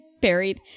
buried